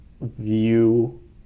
view